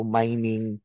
mining